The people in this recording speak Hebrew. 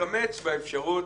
לקמץ באפשרות,